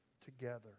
together